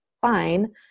fine